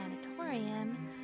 sanatorium